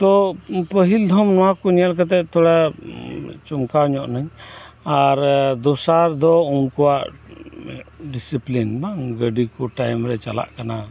ᱛᱚ ᱯᱟᱹᱦᱤᱞ ᱫᱷᱟᱣ ᱩᱱᱠᱩ ᱧᱮᱞ ᱠᱟᱛᱮᱫ ᱛᱷᱚᱲᱟ ᱪᱚᱢᱠᱟᱣ ᱧᱚᱜ ᱱᱟᱹᱧ ᱟᱨ ᱫᱚᱥᱟᱨ ᱫᱚ ᱩᱱᱠᱩᱣᱟᱜ ᱰᱤᱥᱤᱯᱞᱤᱱ ᱵᱟᱝ ᱜᱟᱹᱰᱤᱠᱩ ᱴᱟᱭᱤᱢ ᱨᱮ ᱪᱟᱞᱟᱜ ᱠᱟᱱᱟ